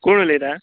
कोण उलयता